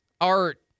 art